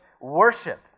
worship